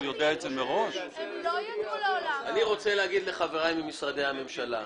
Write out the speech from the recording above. אני רוצה להגיד לחבריי ממשרדי הממשלה,